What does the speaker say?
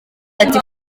ati